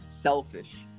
selfish